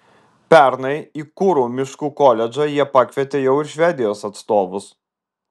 pernai į kuru miškų koledžą jie pakvietė jau ir švedijos atstovus